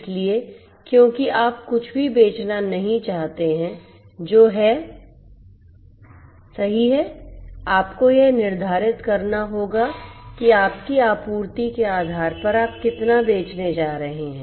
इसलिए क्योंकि आप कुछ भी बेचना नहीं चाहते हैं जो है सही है आपको यह निर्धारित करना होगा कि आपकी आपूर्ति के आधार पर आप कितना बेचने जा रहे हैं